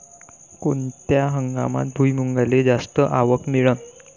कोनत्या हंगामात भुईमुंगाले जास्त आवक मिळन?